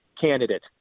candidate